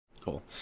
Cool